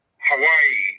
Hawaii